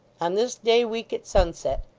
on this day week at sunset.